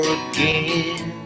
again